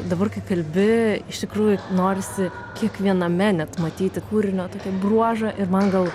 dabar kai kalbi iš tikrųjų norisi kiekviename net matyti kūrinio tokį bruožą ir man gal